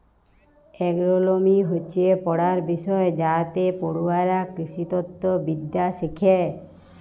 agronomy হচ্যে পড়ার বিষয় যাইতে পড়ুয়ারা কৃষিতত্ত্ব বিদ্যা শ্যাখে